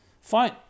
fine